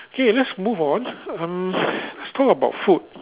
K let's move on uh let's talk about food